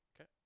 Okay